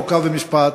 חוק ומשפט,